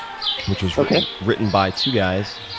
which was written written by two guys,